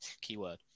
Keyword